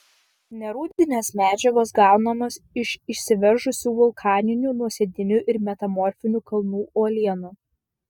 nerūdinės medžiagos gaunamos iš išsiveržusių vulkaninių nuosėdinių ir metamorfinių kalnų uolienų